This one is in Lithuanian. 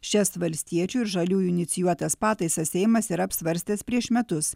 šias valstiečių ir žaliųjų inicijuotas pataisas seimas yra apsvarstęs prieš metus